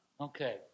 Okay